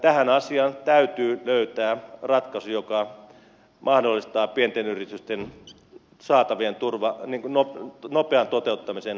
tähän asiaan täytyy löytää ratkaisu joka mahdollistaa pienten yritysten saatavien nopean toteuttamisen näissäkin olosuhteissa